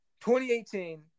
2018